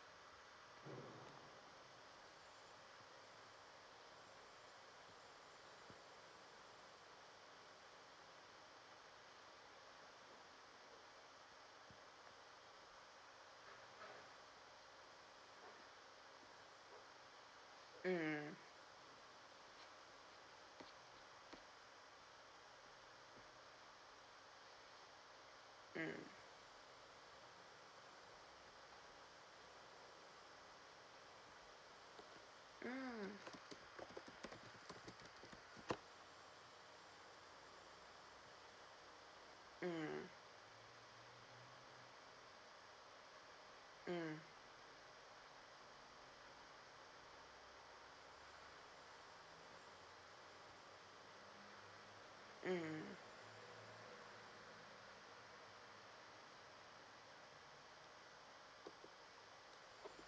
mm mm mm mm mm mm